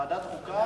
ועדת חוקה?